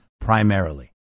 primarily